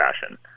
fashion